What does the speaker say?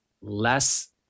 less